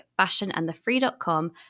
fashionandthefree.com